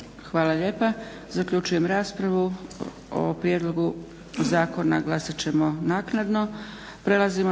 Hvala lijepa. Zaključujem raspravu, o prijedlogu zakona glasat ćemo naknadno.